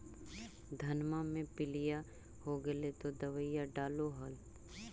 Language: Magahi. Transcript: धनमा मे पीलिया हो गेल तो दबैया डालो हल?